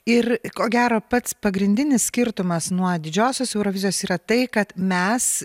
ir ko gero pats pagrindinis skirtumas nuo didžiosios eurovizijos yra tai kad mes